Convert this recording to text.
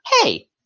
Hey